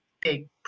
big